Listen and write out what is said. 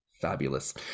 fabulous